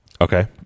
Okay